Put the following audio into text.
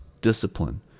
discipline